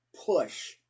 push